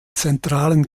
zentralen